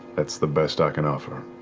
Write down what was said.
that's the best i can offer.